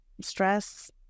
stress